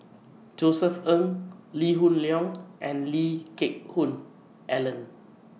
Josef Ng Lee Hoon Leong and Lee Geck Hoon Ellen